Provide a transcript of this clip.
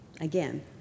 Again